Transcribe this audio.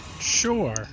sure